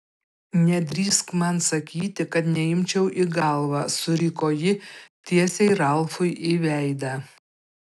nedrįsk man sakyti kad neimčiau į galvą suriko ji tiesiai ralfui į veidą